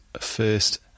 first